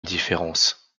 différences